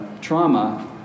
trauma